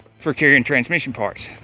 for carrying transmission parts